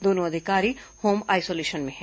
दोनों अधिकारी home isolation में हैं